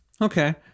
Okay